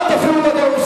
אל תפריעו לדובר.